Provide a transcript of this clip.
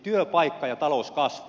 työpaikka ja talouskasvu